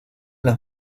las